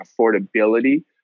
affordability